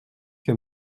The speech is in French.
que